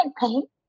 paint